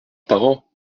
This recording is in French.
parents